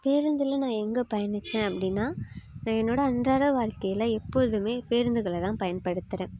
பேருந்தில் நான் எங்கே பயணித்தேன் அப்படினா நான் என்னோடய அன்றாட வாழ்க்கையில் எப்போதுமே பேருந்துகளை தான் பயன்படுத்துறேன்